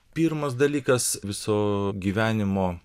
pirmas dalykas viso gyvenimo